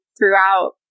throughout